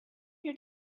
your